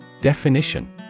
Definition